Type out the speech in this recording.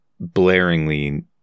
blaringly